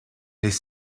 les